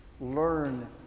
learn